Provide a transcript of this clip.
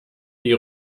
die